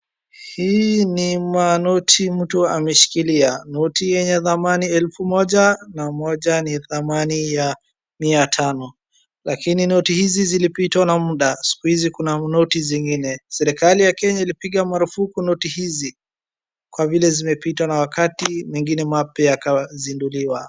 Hii ni manoti mtu ameshikilia. Noti yenye dhamani elfu moja na moja ni dhamani ya miatano. Lakini noti hizi zilipitwa na muda siku hizi kuna noti zingine. Serikali ya Kenya ilipiga marufuku noti hizi kwa vile zimepitwa na wakati mengine mapya yakazinduliwa.